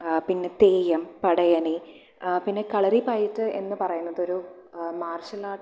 പിന്നെ തെയ്യം പടയണി പിന്നെ കളരിപ്പയറ്റ് എന്ന് പറയുന്നതൊരു മാർഷ്യൽ ആട്ട്